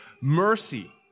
mercy